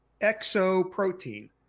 Exoprotein